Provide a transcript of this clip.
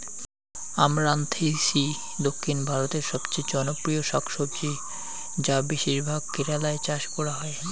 আমরান্থেইসি দক্ষিণ ভারতের সবচেয়ে জনপ্রিয় শাকসবজি যা বেশিরভাগ কেরালায় চাষ করা হয়